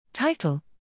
Title